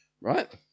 right